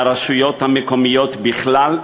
והרשויות המקומיות בכלל,